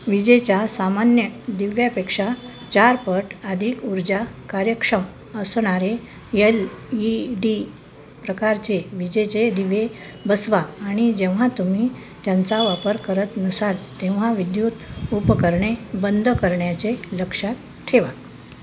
विजेच्या सामान्य दिव्यापेक्षा चारपट अधिक ऊर्जा कार्यक्षम असणारे यल ई डी प्रकारचे विजेचे दिवे बसवा आणि जेव्हा तुम्ही त्यांचा वापर करत नसाल तेव्हा विद्युत उपकरणे बंद करण्याचे लक्षात ठेवा